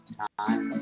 time